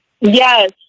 Yes